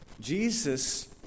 Jesus